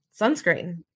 sunscreen